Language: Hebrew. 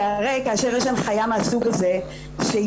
שהרי כאשר יש הנחיה מהסוג הזה שהיא